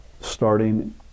starting